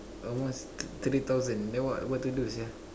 almost thirty thousand then what what to do sia